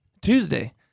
Tuesday